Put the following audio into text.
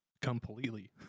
completely